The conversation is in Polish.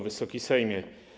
Wysoki Sejmie!